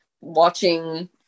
watching